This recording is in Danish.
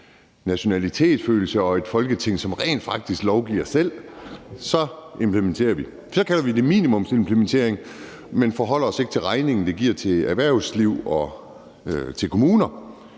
nationalfølelse og et Folketing, som rent faktisk lovgiver selv, jo hurtigere implementerer vi. Så kalder vi det minimumsimplementering, men forholder os ikke til regningen, det giver erhvervsliv og kommuner.